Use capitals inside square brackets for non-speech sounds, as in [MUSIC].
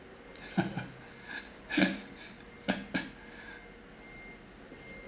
[LAUGHS]